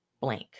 blank